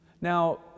Now